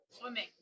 Swimming